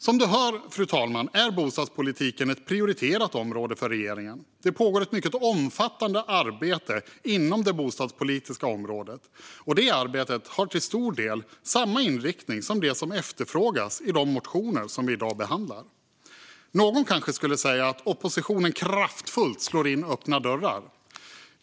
Som fru talmannen hör är bostadspolitiken ett prioriterat område för regeringen. Det pågår ett mycket omfattande arbete inom det bostadspolitiska området, och det arbetet har till stor del samma inriktning som det som efterfrågas i de motioner som vi i dag behandlar. Någon kanske skulle säga att oppositionen kraftfullt slår in öppna dörrar.